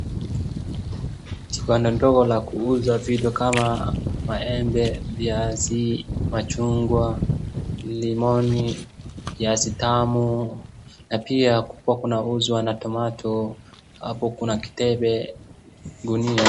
Kibanda ndogo la kuuza vitu kama maembe, viazi, machungwa, lemoni, kiazi tamu na pia kukua kunauzwa na tomato . Hapo kuna kitembe ngunia.